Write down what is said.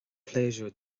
pléisiúr